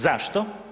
Zašto?